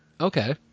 Okay